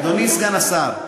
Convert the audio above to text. אדוני סגן השר,